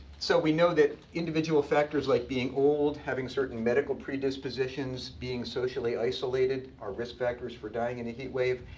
so we know that individual factors like being old, having certain medical predispositions, being socially isolated, are risk factors for dying in a heat wave.